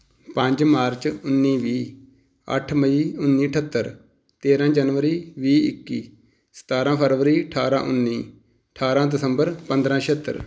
ਪੰਜ ਮਾਰਚ ਉੱਨੀ ਵੀਹ ਅੱਠ ਮਈ ਉੱਨੀ ਅਠੱਤਰ ਤੇਰ੍ਹਾਂ ਜਨਵਰੀ ਵੀਹ ਇੱਕੀ ਸਤਾਰਾਂ ਫ਼ਰਵਰੀ ਅਠਾਰਾਂ ਉੱਨੀ ਅਠਾਰਾਂ ਦਸੰਬਰ ਪੰਦਰਾਂ ਛਿਹੱਤਰ